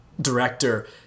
director